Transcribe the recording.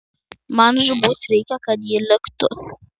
man žūtbūt reikia kad ji liktų